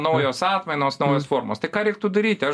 naujos atmainos naujos formos tai ką reiktų daryti aš